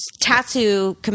tattoo